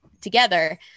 together